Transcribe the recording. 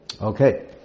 Okay